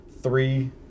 three